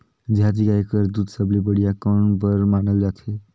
देहाती गाय कर दूध सबले बढ़िया कौन बर मानल जाथे?